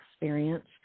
experience